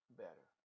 better